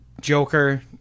joker